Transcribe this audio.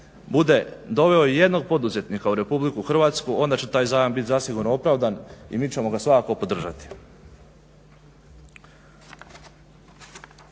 bude doveo ijednog poduzetnika u RH onda će taj zajam biti zasigurno opravdan i mi ćemo ga svakako podržati.